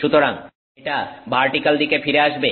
সুতরাং এটা ভার্টিক্যাল দিকে ফিরে আসবে